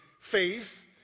faith